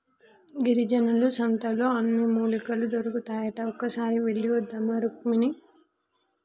గిరిజనుల సంతలో అన్ని మూలికలు దొరుకుతాయట ఒక్కసారి వెళ్ళివద్దామా రుక్మిణి